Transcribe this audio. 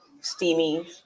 steamy